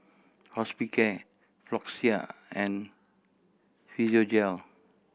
Hospicare Floxia and Physiogel